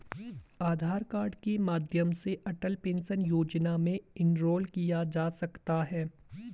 आधार card के माध्यम से अटल पेंशन योजना में इनरोल किया जा सकता है